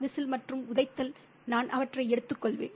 whistle மற்றும் உதைத்தல் நான் அவற்றை எடுத்துக்கொள்வேன்